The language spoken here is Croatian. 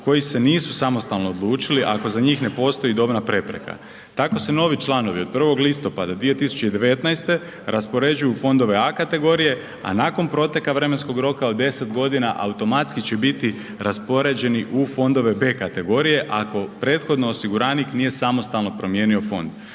koji se nisu samostalno odlučili ako za njih ne postoji dobna prepreka. Tako se novi članovi od 1. listopada 2019. raspoređuju u fondove A kategorije, a nakon proteka vremenskog roka od 10 godina automatski će biti raspoređeni u fondove B kategorije, ako prethodno osiguranik nije samostalno promijenio fond.